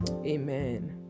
Amen